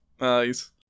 Nice